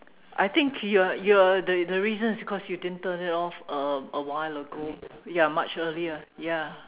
I think you are you're the the reason is because you didn't turn it off a awhile ago you are much earlier ya